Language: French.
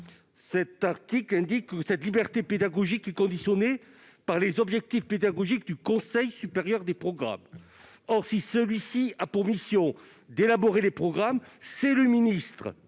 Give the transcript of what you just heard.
cet article indique que cette liberté est conditionnée par les objectifs pédagogiques du Conseil supérieur des programmes. Or, si celui-ci a pour mission d'élaborer les programmes, c'est le ministre